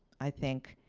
i think,